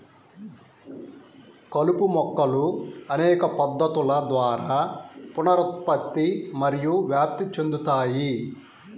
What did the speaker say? కలుపు మొక్కలు అనేక పద్ధతుల ద్వారా పునరుత్పత్తి మరియు వ్యాప్తి చెందుతాయి